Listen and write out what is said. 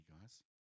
guys